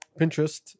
Pinterest